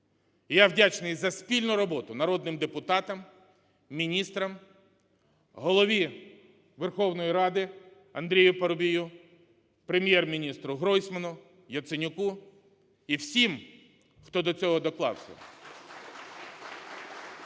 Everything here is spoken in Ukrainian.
І вдячний за спільну роботу народним депутатам, міністрам, Голові Верховної Ради Андрію Парубію, Прем'єр-міністру Гройсману, Яценюку і всім, хто до цього доклався. (Оплески)